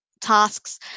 tasks